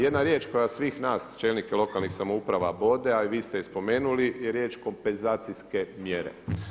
Jedna riječ koja svih nas čelnike lokalnih samouprava bode a vi ste je spomenuli je riječ kompenzacijske mjere.